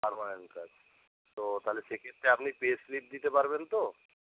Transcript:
permanent কাজ তো তালে সেক্ষেত্রে আপনি পে স্লিপ দিতে পারবেন তো